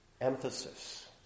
emphasis